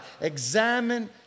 Examine